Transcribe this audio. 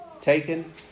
taken